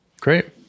Great